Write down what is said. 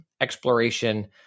exploration